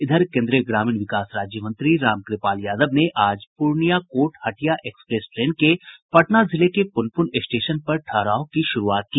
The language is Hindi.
इधर केन्द्रीय ग्रामीण विकास राज्य मंत्री रामकृपाल यादव ने आज Purnia court Hatia express train के पटना जिले के प्रनपुन स्टेशन पर ठहराव की शुरूआत की